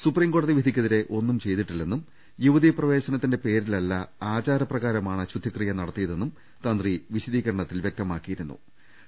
supreme കോടതി വിധിക്കെതിരെ ഒന്നും ചെയ്തിട്ടില്ലെന്നും യുവതീ പ്രവേശനത്തിന്റെ പേരിലല്ല ആചാര പ്രകാരമാണ് ശുദ്ധി ക്രിയ നടത്തിയതെന്നും തന്ത്രി വിശദീകരണത്തിൽ വൃക്തമാക്കിയിരു ന്നു